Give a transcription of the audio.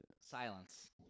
Silence